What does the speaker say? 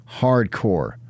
hardcore